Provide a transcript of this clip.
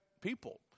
people